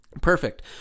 Perfect